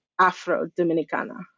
Afro-Dominicana